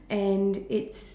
and it's